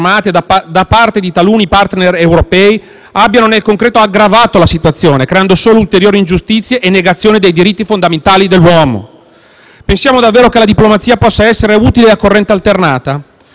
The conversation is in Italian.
da parte di taluni *partner* europei, abbiano nel concreto aggravato la situazione, creando solo ulteriori ingiustizie e negazione dei diritti fondamentali dell'uomo. Pensiamo davvero che la diplomazia possa essere utile a corrente alternata?